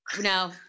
No